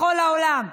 בכל העולם.